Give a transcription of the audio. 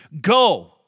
Go